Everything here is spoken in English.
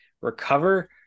recover